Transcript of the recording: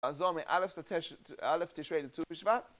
אז או מא' עד ט'... א' תשרי לט"ו בשבט